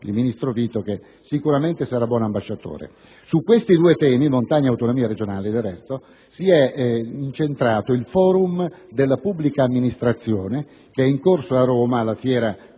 il ministro Vito, che sicuramente sarà buon ambasciatore). Su questi due temi, montagna ed autonomie regionali, del resto è incentrato il *forum* della pubblica amministrazione, in corso a Roma alla Fiera